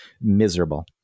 miserable